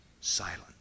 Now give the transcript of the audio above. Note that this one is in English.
silent